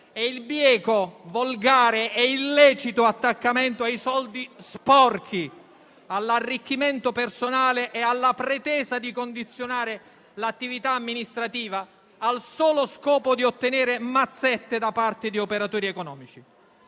e il bieco, volgare e illecito attaccamento ai soldi sporchi, all'arricchimento personale e alla pretesa di condizionare l'attività amministrativa al solo scopo di ottenere mazzette da parte di operatori economici.